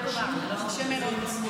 בושה.